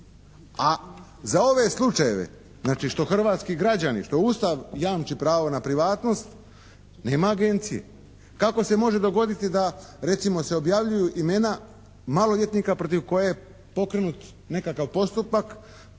A za ove slučajeve znači što hrvatski građani, što Ustav jamči pravo na privatnost nema agencije. Kako se može dogoditi da recimo se objavljuju imena maloljetnika protiv koje je pokrenut nekakav postupak